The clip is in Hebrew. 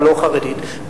הלא-חרדית,